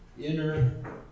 inner